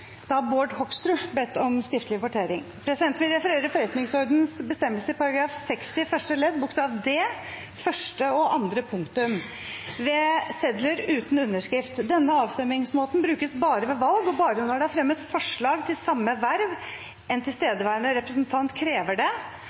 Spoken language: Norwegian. om skriftlig votering. Presidenten vil referere forretningsordenens bestemmelse § 60, første ledd, bokstav d, første og andre punktum: «Ved sedler uten underskrift. Denne avstemningsmåten brukes bare ved valg og bare når det er fremmet flere forslag til samme verv, en tilstedeværende representant krever det